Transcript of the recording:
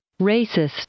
Racist